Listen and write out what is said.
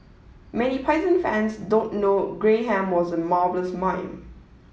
many Python fans don't know Graham was a marvellous mime